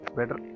Better